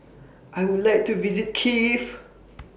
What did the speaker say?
I Would like to visit Kiev